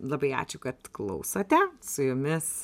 labai ačiū kad klausote su jumis